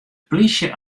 plysje